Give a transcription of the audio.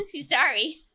Sorry